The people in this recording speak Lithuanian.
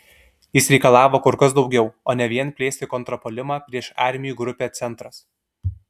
jis reikalavo kur kas daugiau o ne vien plėsti kontrpuolimą prieš armijų grupę centras